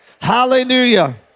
hallelujah